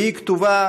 והיא כתובה